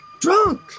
drunk